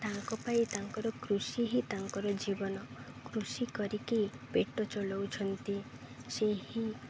ତାଙ୍କ ପାଇଁ ତାଙ୍କର କୃଷି ହିଁ ତାଙ୍କର ଜୀବନ କୃଷି କରିକି ପେଟ ଚଲଉଛନ୍ତି ସେହି